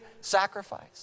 sacrifice